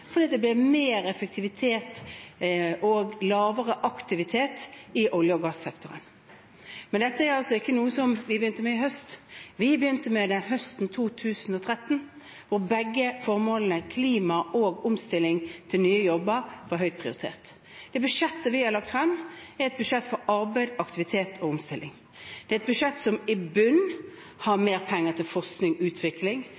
fordi det blir mer effektivitet og lavere aktivitet i olje- og gassektoren. Men dette er ikke noe vi begynte med i høst. Vi begynte med det høsten 2013, og begge formålene – klima og omstilling til nye jobber – var høyt prioritert. Det budsjettet vi har lagt frem, er et budsjett for arbeid, aktivitet og omstilling. Det er et budsjett som i bunnen har mer penger til forskning og utvikling,